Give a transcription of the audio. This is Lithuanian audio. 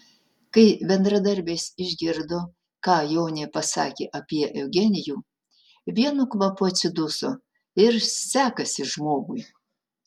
kai bendradarbės išgirdo ką jonė pasakė apie eugenijų vienu kvapu atsiduso ir sekasi žmogui